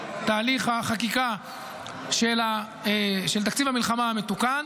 בתהליך החקיקה של תקציב המלחמה המתוקן.